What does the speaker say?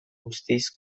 guztiz